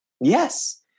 Yes